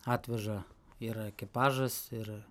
atveža yra ekipažas ir